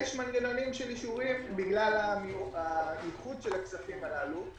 יש מנגנונים של אישורים בגלל הייחוד של הכספים הללו.